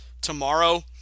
Tomorrow